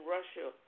Russia